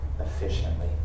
efficiently